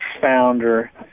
founder